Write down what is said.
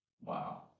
Wow